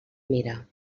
mira